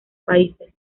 países